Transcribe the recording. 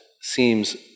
seems